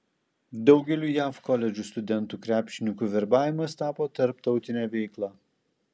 daugeliui jav koledžų studentų krepšininkų verbavimas tapo tarptautine veikla